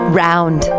round